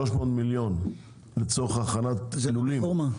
300 מיליון לצורך הכנת לולים,